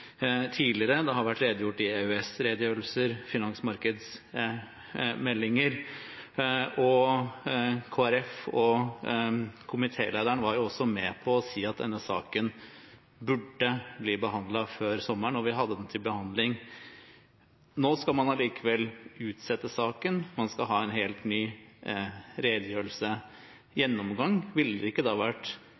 tidligere. Det har vært redegjort i EØS-redegjørelser og finansmarkedsmeldinger. Kristelig Folkeparti og komitélederen var også med på å si at denne saken burde bli behandlet før sommeren, og vi hadde den til behandling. Nå skal man allikevel utsette saken. Man skal ha en helt ny redegjørelse og gjennomgang. Ville det ikke vært